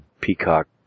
peacock